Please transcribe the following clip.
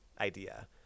idea